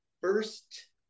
first